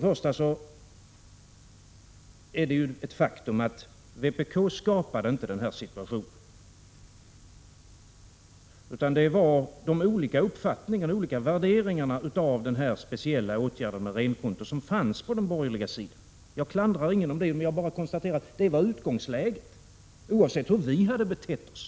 Först och främst är det ett faktum att det inte var vpk som skapade den här situationen, utan den uppkom på grund av de olika värderingarna av den speciella åtgärden med renkonto som fanns på den borgerliga sidan. Jag klandrar ingen för det, men jag konstaterar att det var utgångsläget, oavsett hur vi hade betett oss.